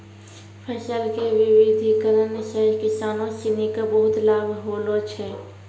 फसल के विविधिकरण सॅ किसानों सिनि क बहुत लाभ होलो छै